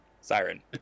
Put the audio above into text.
Siren